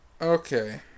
Okay